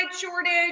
shortage